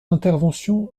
intervention